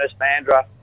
Mandra